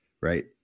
right